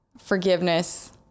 forgiveness